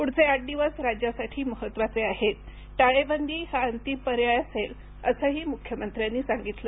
पुढचे आठ दिवस राज्यासाठी महत्वाचे आहेत टाळेबंदी हा अंतिम पर्याय असेल असंही मुख्यमंत्र्यांनी सांगितलं